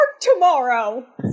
tomorrow